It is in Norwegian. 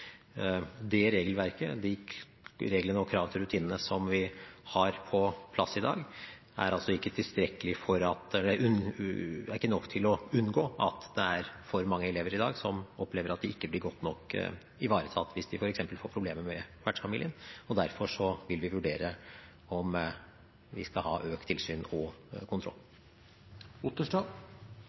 De reglene og krav til rutinene som vi har på plass i dag, er altså ikke nok til å unngå at det er for mange elever i dag som opplever at de ikke blir godt nok ivaretatt hvis de f.eks. får problemer med vertsfamilien, og derfor vil vi vurdere om vi skal ha økt tilsyn og